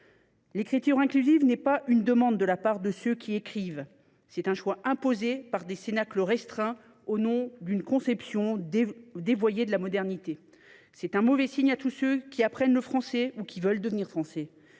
L’écriture inclusive est non pas une demande de ceux qui écrivent, mais un choix imposé par des cénacles restreints au nom d’une conception dévoyée de la modernité. C’est un mauvais signe envoyé à tous ceux qui apprennent le français ou qui veulent devenir Français.